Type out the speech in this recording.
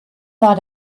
war